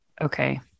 okay